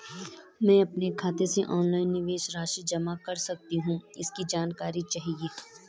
मैं अपने खाते से ऑनलाइन निवेश राशि जमा कर सकती हूँ इसकी जानकारी चाहिए?